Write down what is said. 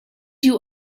you